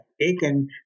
taken